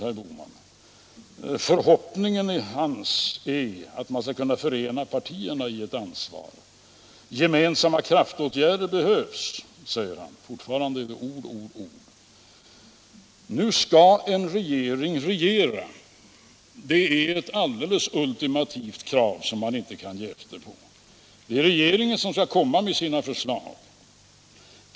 Hans förhoppning är att alla partier skall kunna förenas i ett ansvar. Gemensamma kraftåtgärder behövs, säger han. Fortfarande är det ord, ord, ord. Nu är det så, att en regering skall regera. Det är ett alldeles ultimativt krav, som man inte kan ge efter på. Det är regeringen som skall komma med förslag.